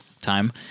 time